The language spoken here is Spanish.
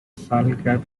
salga